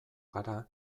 gara